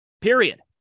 period